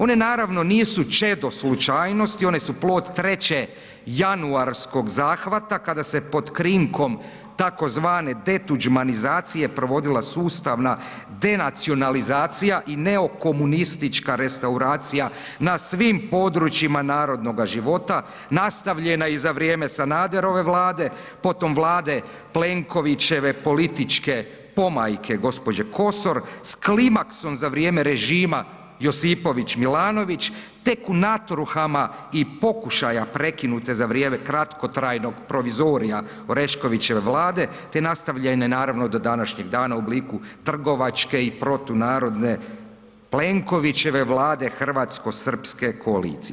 One naravno nisu čedo slučajnosti, one su plod treće januarskog zahvata kada se pod krinkom tzv. detuđmanizacije, provodila sustavna denacionalizacija i neokomunistička restauracija na svim područjima narodnoga života nastavljena i za vrijeme Sanaderove Vlade potom Vlade Plenkovićeve političke pomajke, gđe. Kosor s klimaksom za vrijeme režima Josipović-Milanović tek u natruhama i pokušaja prekinute za vrijeme kratkotrajnog provizorija Oreškovićeve Vlade te nastavljene naravno do današnjeg dana u obliku trgovačke i protunarodne Plenkovićeve Vlade hrvatsko-srpske koalicije.